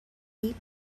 eight